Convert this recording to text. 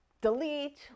delete